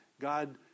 God